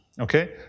okay